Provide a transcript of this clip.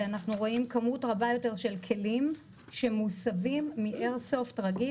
ואנחנו רואים כמות רבה יותר של כלים שמוסבים מאיירסופט רגיל,